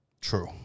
True